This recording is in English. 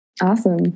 Awesome